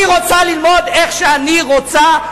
אני רוצה ללמוד איך שאני רוצה,